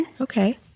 Okay